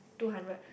two hundred